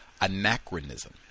anachronism